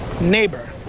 Neighbor